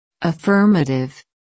Affirmative